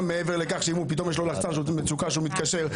גם מעבר לכך כשיש לו לחצן מצוקה והוא מתקשר,